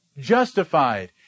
justified